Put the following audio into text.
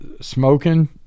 Smoking